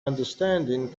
understanding